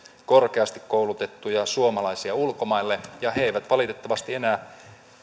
korkeasti koulutettuja suomalaisia ulkomaille ja he he eivät valitettavasti enää